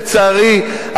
לצערי,